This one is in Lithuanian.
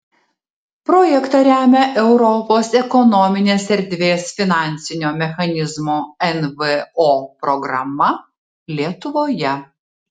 projektą remia europos ekonominės erdvės finansinio mechanizmo nvo programa lietuvoje